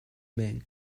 men